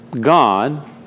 God